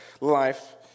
life